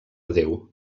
déu